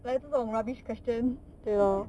there 这种 rubbish question